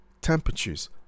temperatures